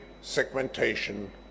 segmentation